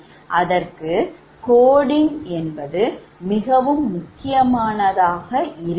அதற்கு கோடிங் மிகவும் முக்கியமானதாக இருக்கும்